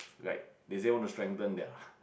like they say want to strengthen their